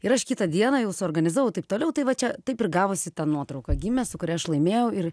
ir aš kitą dieną jau suorganizavau taip toliau tai va čia taip ir gavosi ta nuotrauka gimė su kuria aš laimėjau ir